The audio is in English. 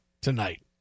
Tonight